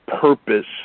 purpose